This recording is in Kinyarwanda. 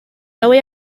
nawe